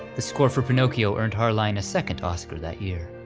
the score for pinoccchio earned harline a second oscar that year.